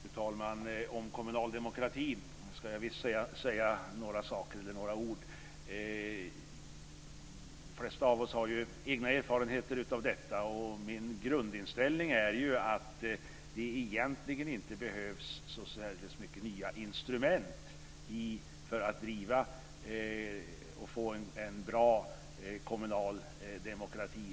Fru talman! Om kommunal demokrati ska jag visst säga några ord. De flesta av oss har egna erfarenheter av detta. Min grundinställning är att det egentligen inte behövs så särdeles mycket nya instrument för att driva och få en bra kommunal demokrati.